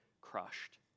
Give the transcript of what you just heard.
crushed